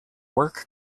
work